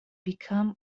become